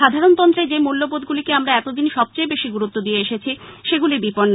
সাধারণতন্ত্রে যে মূল্যবোধগুলিকে আমরা এতদিন সবচেয়ে বেশি গুরুত্ব দিয়ে এসেছি সেগুলি বিপন্ন